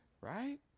Right